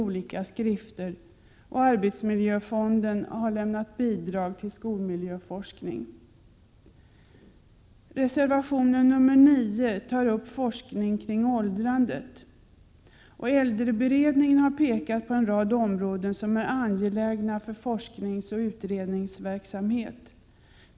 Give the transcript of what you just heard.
Arbetsmiljöfonden har lämnat bidrag till skolmiljöforskning. I reservation 9 tas upp forskning kring åldrandet. Äldreberedningen har Prot. 1987/88:115 pekat på en rad områden som är angelägna för forskningsoch utrednings 5 maj 1988 verksamhet.